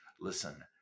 listen